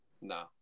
No